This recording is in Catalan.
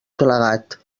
plegat